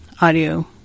audio